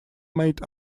made